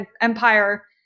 empire